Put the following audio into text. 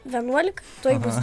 vienuolika tuoj bus